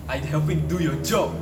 I'm helping do your job